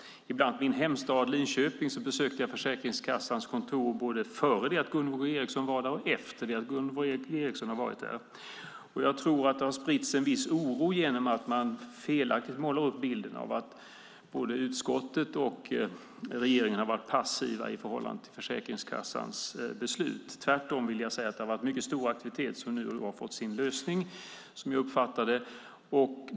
I bland annat min hemstad Linköping besökte jag Försäkringskassans kontor både innan Gunvor G Ericson var där och efter att hon var där. Jag tror att det har spritt sig en viss oro genom att man felaktigt målar upp bilden av att både utskottet och regeringen har varit passiva i förhållande till Försäkringskassans beslut. Tvärtom vill jag säga att det har varit en mycket stor aktivitet och att det nu har blivit en lösning, som jag uppfattar det.